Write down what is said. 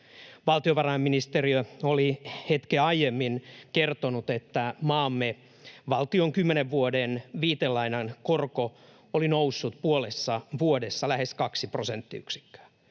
Valtiovarainministeriö oli hetkeä aiemmin kertonut, että maamme kymmenen vuoden valtion viitelainan korko oli noussut puolessa vuodessa lähes kaksi prosenttiyksikköä.